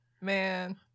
man